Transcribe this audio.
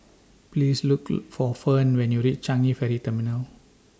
Please Look For Ferne when YOU REACH Changi Ferry Terminal